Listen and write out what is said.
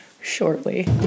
shortly